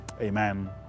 Amen